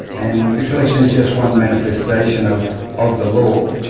and the collection is just one manifestation of of the law.